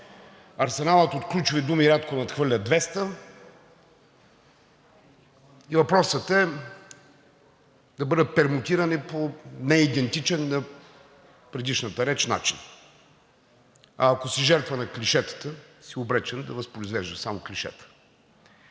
Арсеналът от ключови думи рядко надхвърля 200 и въпросът е да бъдат пермутирани по неидентичен на предишната реч начин. А ако си жертва на клишетата, си обречен да възпроизвеждаш само клишета.